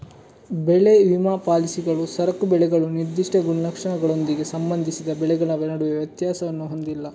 ಬೆಳೆ ವಿಮಾ ಪಾಲಿಸಿಗಳು ಸರಕು ಬೆಳೆಗಳು ನಿರ್ದಿಷ್ಟ ಗುಣಲಕ್ಷಣಗಳೊಂದಿಗೆ ಸಂಬಂಧಿಸಿದ ಬೆಳೆಗಳ ನಡುವೆ ವ್ಯತ್ಯಾಸವನ್ನು ಹೊಂದಿಲ್ಲ